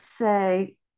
say